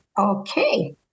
Okay